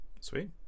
sweet